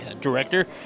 director